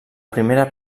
primera